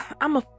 i'ma